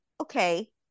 okay